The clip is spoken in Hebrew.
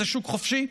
זה שוק חופשי?